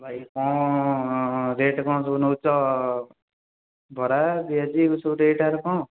ଭାଇ କ'ଣ ରେଟ୍ କ'ଣ ସବୁ ନେଉଛ ବରା ପିଆଜି ଏଇ ସବୁ ରେଟ୍ ଏକା କ'ଣ